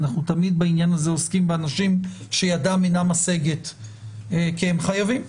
אנחנו תמיד בעניין הזה עוסקים באנשים שידם אינם משגת כי הם חייבים,